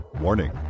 Warning